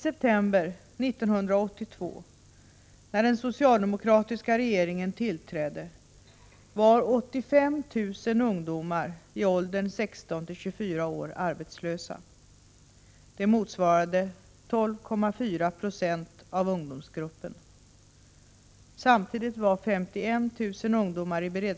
Ungdomsarbetslösheten är nu nere i 36 000, eller 5,4 70.